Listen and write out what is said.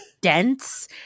dense